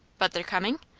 but they're comin'?